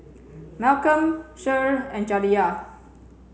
Malcom Cher and Jaliyah